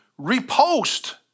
repost